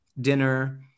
dinner